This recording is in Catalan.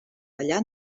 ballar